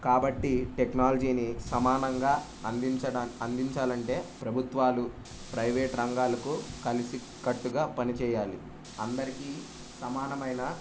కాబట్టి టెక్నాలజీని సమానంగా అందించడం అందించాలంటే ప్రభుత్వాలు ప్రైవేట్ రంగాలకు కలిసి కట్టుగా పనిచేయాలి అందరికీ సమానమైన